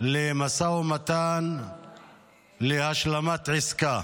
למשא ומתן להשלמת עסקה.